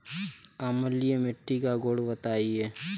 अम्लीय मिट्टी का गुण बताइये